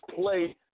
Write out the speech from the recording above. play